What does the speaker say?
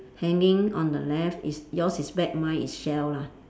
hanging on the left is yours is bag mine is shell lah